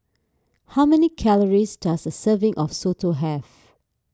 how many calories does a serving of Soto have